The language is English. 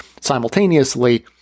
Simultaneously